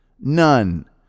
None